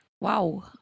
Wow